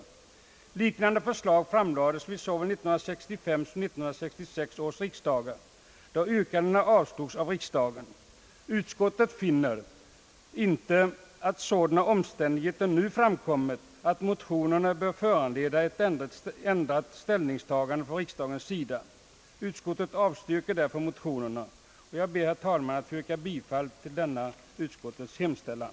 Liknande förslag framlades vid såväl 1965 som 1966 års riksdagar, då yrkandena avslogs av riksdagen. Utskottet finner inte att sådana omständigheter nu framkommit, att motionerna bör föranleda ett ändrat ställningstagande från riksdagens sida. Utskottet avstyrker därför motionerna. Jag ber, herr talman, att få yrka bifall till denna utskottets hemställan.